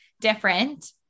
different